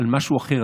על משהו אחר,